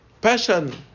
passion